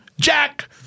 Jack